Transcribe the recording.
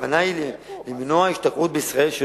הכוונה היא למנוע את השתקעותם בישראל,